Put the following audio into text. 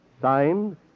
Signed